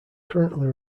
currently